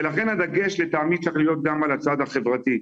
לכן הדגש לטעמי צריך להיות גם על הצד החברתי.